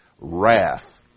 wrath